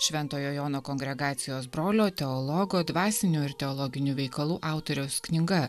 šventojo jono kongregacijos brolio teologo dvasinių ir teologinių veikalų autoriaus knyga